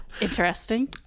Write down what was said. interesting